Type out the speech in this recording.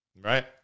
Right